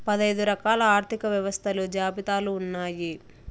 పదైదు రకాల ఆర్థిక వ్యవస్థలు జాబితాలు ఉన్నాయి